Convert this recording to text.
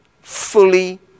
Fully